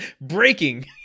Breaking